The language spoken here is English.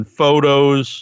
photos